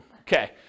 okay